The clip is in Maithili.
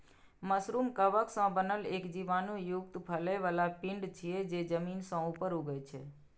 मशरूम कवक सं बनल एक बीजाणु युक्त फरै बला पिंड छियै, जे जमीन सं ऊपर उगै छै